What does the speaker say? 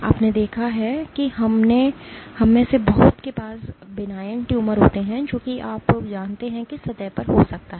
आपने देखा है कि हममें से बहुत के पास बिनाइन ट्यूमर होते हैं जो कि आप जानते हैं कि सतह पर हो सकता है